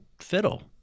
fiddle